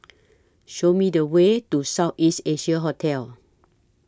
Show Me The Way to South East Asia Hotel